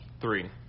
Three